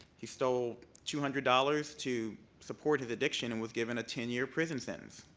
he stole two hundred dollars to support his addiction and was given a ten year prison sentence.